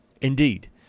Indeed